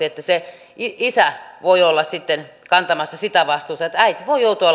että se isä voi olla sitten kantamassa sitä vastuuta äiti voi joutua